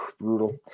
brutal